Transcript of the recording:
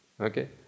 Okay